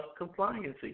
compliancy